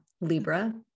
Libra